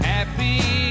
Happy